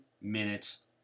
minutes